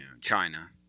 China